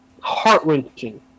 Heart-wrenching